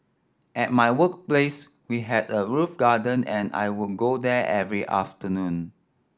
at my workplace we had a roof garden and I would go there every afternoon